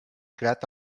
creat